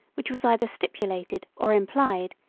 which was either stipulated, or implied,